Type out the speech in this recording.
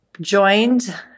joined